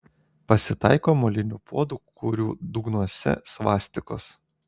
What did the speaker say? pasitaiko molinių puodų kurių dugnuose svastikos